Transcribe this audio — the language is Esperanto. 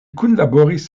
kunlaboris